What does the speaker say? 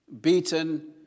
beaten